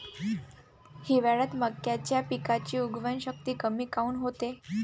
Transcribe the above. हिवाळ्यात मक्याच्या पिकाची उगवन शक्ती कमी काऊन होते?